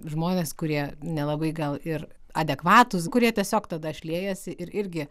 žmonės kurie nelabai gal ir adekvatūs kurie tiesiog tada šliejasi ir irgi